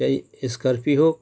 সেই এসস্কারপি হোক